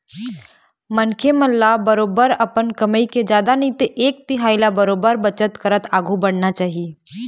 मनखे मन ल बरोबर अपन कमई के जादा नई ते एक तिहाई ल बरोबर बचत करत आघु बढ़ना चाही